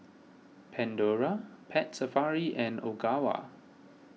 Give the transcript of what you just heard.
Pandora Pet Safari and Ogawa